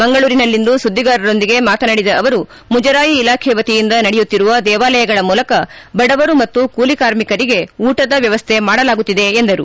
ಮಂಗಳೂರಿನಲ್ಲಿಂದು ಸುದ್ದಿಗಾರರೊಂದಿಗೆ ಮಾತನಾಡಿದ ಅವರು ಮುಜರಾಯಿ ಇಲಾಖೆ ವತಿಯಿಂದ ನಡೆಯುತ್ತಿರುವ ದೇವಾಲಯಗಳ ಮೂಲಕ ಬಡವರು ಮತ್ತು ಕೂಲಿ ಕಾರ್ಮಿಕರಿಗೆ ಊಟದ ವ್ಯವಸ್ಥೆ ಮಾಡಲಾಗುತ್ತಿದೆ ಎಂದರು